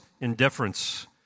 indifference